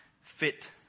fit